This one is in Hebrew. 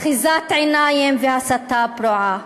אחיזת עיניים והסתה פרועה.